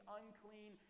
unclean